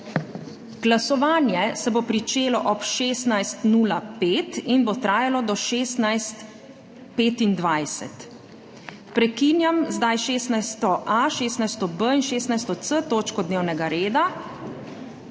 Glasovanje se bo pričelo ob 16.05 in bo trajalo do 16.25. Prekinjam 16.a, 16.b in 16.c točko dnevnega reda